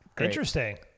interesting